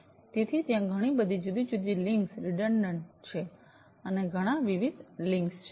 તેથી ત્યાં ઘણી બધી જુદી જુદી લિંક્સ રીડન્ડન્ટ છે અને ઘણાં વિવિધ લિંક્સ છે